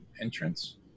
entrance